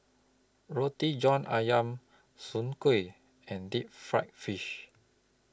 Roti John Ayam Soon Kuih and Deep Fried Fish